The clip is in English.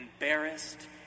embarrassed